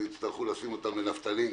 יצטרכו לשים אותן בנפטלין,